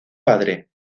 padre